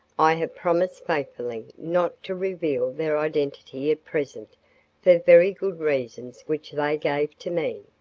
i have promised faithfully not to reveal their identity at present for very good reasons which they gave to me.